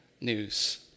news